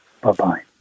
Bye-bye